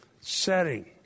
setting